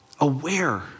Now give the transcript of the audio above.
aware